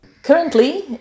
Currently